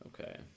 Okay